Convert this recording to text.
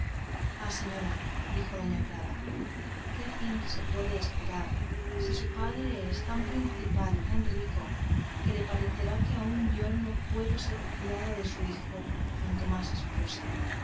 ay señora dijo doña clara qué fin se puede esperar si su padre es tan principal y tan rico que le parecerá que aun yo no puedo ser criada de su hijo cuanto más esposa